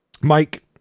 Mike